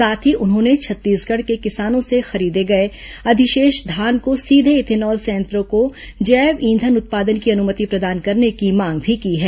साथ ही उन्होंने छत्तीसगढ़ के किसानों से खरीदे गए अधिशेष धान को सीधे इथेनॉल संयंत्रों को जैव ईंधन उत्पादन की अनुमति प्रदान करने की मांग भी की है